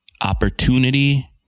opportunity